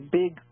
big